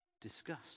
Discuss